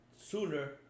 sooner